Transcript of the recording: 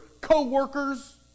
co-workers